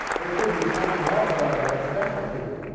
there could be some wealth level that's special to you.